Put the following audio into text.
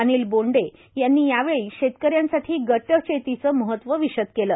अनिल बोंडे यांनी यावेळी शेतकऱ्यांसाठी गटशेतीचं महत्व विषद केलं